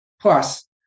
Plus